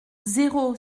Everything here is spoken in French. zéro